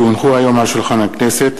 כי הונחו היום על שולחן הכנסת,